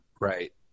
Right